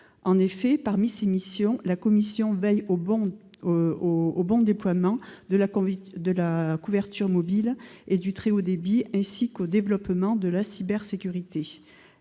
outils. Parmi ses missions, la commission veille au bon déploiement de la couverture mobile et du très haut débit, ainsi qu'au développement de la cybersécurité.